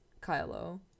Kylo